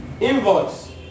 Invoice